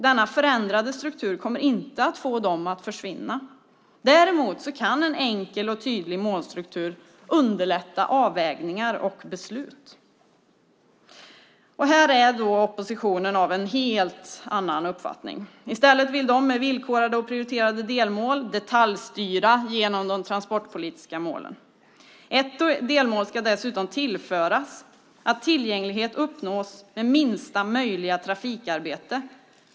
Denna förändrade struktur kommer inte att få dem att försvinna. Däremot kan en enkel och tydlig målstruktur underlätta avvägningar och beslut. Här är oppositionen av en helt annan uppfattning. De vill med villkorade och prioriterade delmål detaljstyra genom de transportpolitiska målen. Ett delmål ska dessutom tillföras, att tillgänglighet uppnås med minsta möjliga trafikarbete.